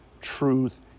truth